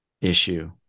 issue